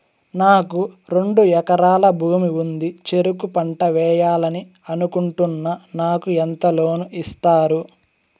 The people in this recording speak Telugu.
నాకు రెండు ఎకరాల భూమి ఉంది, చెరుకు పంట వేయాలని అనుకుంటున్నా, నాకు ఎంత లోను ఇస్తారు?